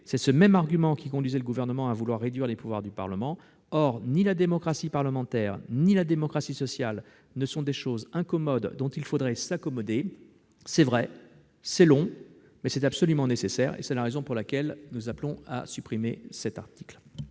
c'est ce même argument qui conduisait le Gouvernement à vouloir réduire les pouvoirs du Parlement. Or ni la démocratie parlementaire ni la démocratie sociale ne sont des choses incommodes dont il faudrait s'accommoder. C'est vrai, c'est long ; mais c'est absolument nécessaire. C'est la raison pour laquelle nous appelons à la suppression de cet article.